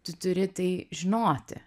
tu turi tai žinoti